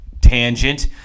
tangent